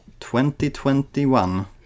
2021